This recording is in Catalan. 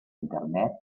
internet